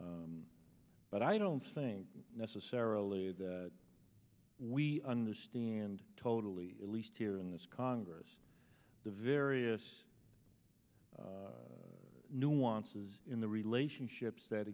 n but i don't think necessarily that we understand totally at least here in this congress the various new wants is in the relationships that